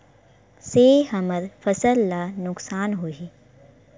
से हमर फसल ला नुकसान होही?